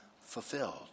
fulfilled